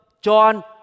John